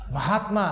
Mahatma